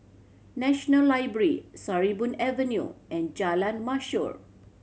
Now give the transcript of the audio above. National Library Sarimbun Avenue and Jalan Mashor